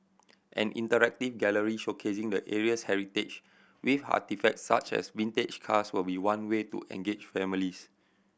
an interactive gallery showcasing the area's heritage with artefacts such as vintage cars will be one way to engage families